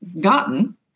gotten